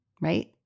Right